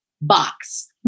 box